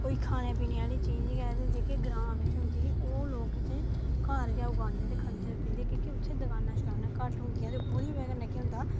कोई खाने पीने आह्ली चीज गै जेह्की ग्रां बिच होंदी ओह् लोक कि घर गै उगांदे ते खंदे पींदे की के उत्थै दकानां शकानां घट्ट होंदियां ते ओह्दी वजह् कन्नै केह् होंदा